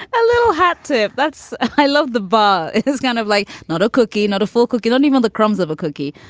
a little hat tip. that's i love the bar is kind of like not a cookie. not a full cookie. not even the crumbs of a cookie.